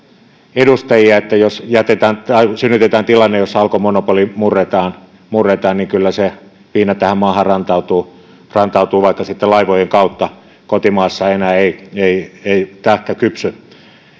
edustajia jos synnytetään tilanne jossa alkon monopoli murretaan murretaan niin kyllä se viina tähän maahan rantautuu rantautuu vaikka sitten laivojen kautta kotimaassa enää ei ei tähkä kypsy